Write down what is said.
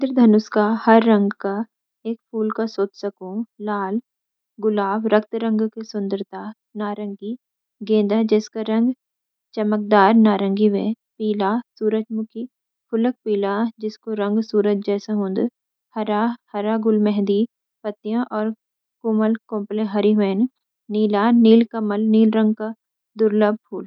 इंद्रधनुष क हर रंग क एक फूल का सोच सकूं: लाल - गुलाब (रक्त रंग क सुंदरता) नारंगी - गेंदा (जसका रंग चमकदार नारंगी ह्वे) पीला - सूरजमुखी (खुलक पीला जसको रंग सूरज जैसा हूंद) हरा - हरा गुलमेहंदी (पत्तियां और कुमल कोंपलें हरी ह्वेन) नीला - नीलकमल (नीलू रंग क दुर्लभ फूल) जामुनी - लैवेंडर (मंद-सुगंध और जामुनी रंग क खूबसूरती) बैंगनी - वायलेट (गहरा बैंगनी जसका रंग बहुत मोहक ह्वे) सब फूलां म अपण-अपण रंग और सुंदरता छ, जसिक कारण प्रकृति म रंगीन इंद्रधनुष जैसा दृश्य बणदा।